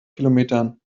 kilometern